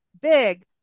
big